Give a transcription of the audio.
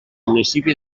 municipi